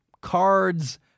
Cards